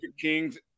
Kings